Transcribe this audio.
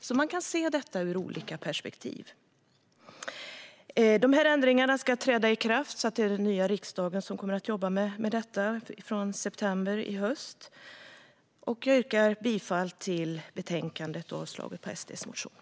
Man kan alltså se på det ur olika perspektiv. Ändringarna träder i kraft den 1 september, så det blir den nya riksdagen som kommer att jobba så. Jag yrkar bifall till utskottets förslag och avslag på reservationerna.